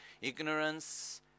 Ignorance